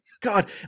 God